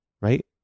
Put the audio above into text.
right